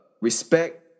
Respect